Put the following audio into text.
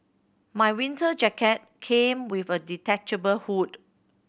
my winter jacket came with a detachable hood